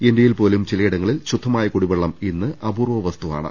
India യിൽ പോലും ചിലയിടങ്ങളിൽ ശുദ്ധമായ കുടിവെള്ളം ഇന്ന് ഒര പൂർവ്വ വസ്തുവാണ്